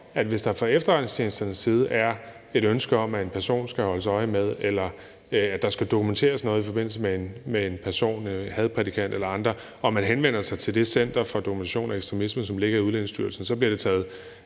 at hvis der fra efterretningstjenesternes side er et ønske om, at der skal holdes øje med en person, eller at der skal dokumenteres noget i forbindelse med en person, en hadprædikant eller andre, og man henvender sig til det Center for Dokumentation og Indsats mod Ekstremisme, som ligger i Udlændingestyrelsen, så bliver det taget